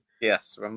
Yes